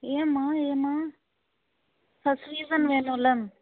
ஏம்மா ஏம்மா first reason வேணும்